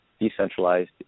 decentralized